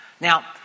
Now